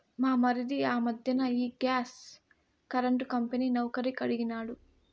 మా మరిది ఆ మధ్దెన ఈ గ్యాస్ కరెంటు కంపెనీ నౌకరీ కడిగినాడు